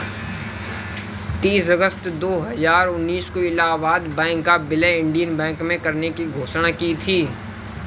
तीस अगस्त दो हजार उन्नीस को इलाहबाद बैंक का विलय इंडियन बैंक में करने की घोषणा की थी